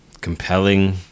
compelling